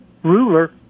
ruler